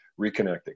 reconnecting